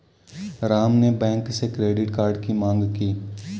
राम ने बैंक से credit card की माँग की